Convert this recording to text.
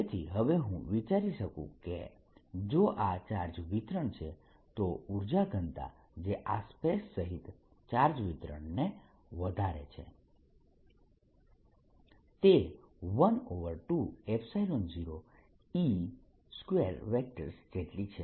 તેથી હવે હું વિચારી શકું કે જો આ ચાર્જ વિતરણ છે તો ઉર્જા ઘનતા જે આ સ્પેસ સહીત ચાર્જ વિતરણને વધારે છે તે 12 0E2 જેટલી છે